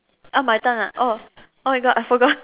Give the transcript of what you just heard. oh my turn oh oh my god I forgot